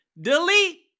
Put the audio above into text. delete